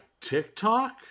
TikTok